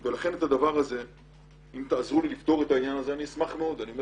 אם תעזרו לי לפתור את הדבר הזה אני אשמח מאוד אני לא